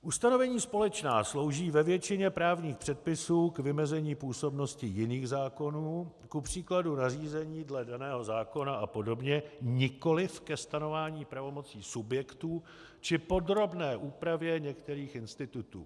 Ustanovení společná slouží ve většině právních předpisů k vymezení působnosti jiných zákonů, kupříkladu na řízení dle daného zákona apod., nikoliv ke stanovování pravomocí subjektů či podrobné úpravě některých institutů.